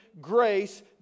grace